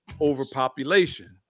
overpopulation